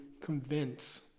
convince